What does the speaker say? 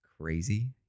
crazy